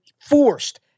forced